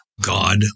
God